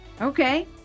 Okay